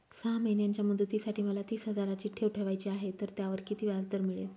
सहा महिन्यांच्या मुदतीसाठी मला तीस हजाराची ठेव ठेवायची आहे, तर त्यावर किती व्याजदर मिळेल?